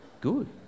good